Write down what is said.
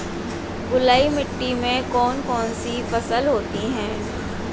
बलुई मिट्टी में कौन कौन सी फसल होती हैं?